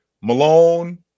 Malone